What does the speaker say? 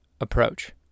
approach